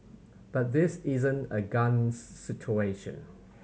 but this isn't a guns situation